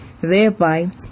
thereby